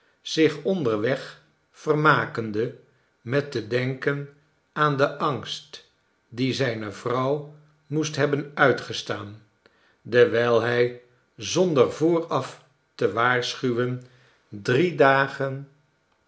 zich onderweg vermakende met te denken aan den angst dien zijne vrouw moest hebben uitgestaan dewijl hij zonder vooraf te waarschuwen drie dagen